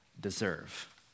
deserve